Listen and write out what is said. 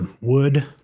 wood